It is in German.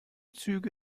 züge